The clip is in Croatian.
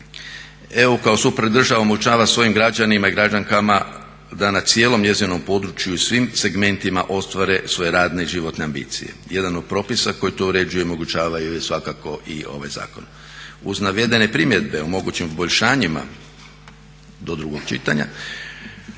čita, ne razumije se./ … svojim građanima i građankama da na cijelom njezinom području i svim segmentima ostvare svoje radne i životne ambicije. Jedan od propisa koji to uređuje omogućava svakako i ovaj zakon. Uz navedene primjedbe o mogućim poboljšanjima do drugog čitanja,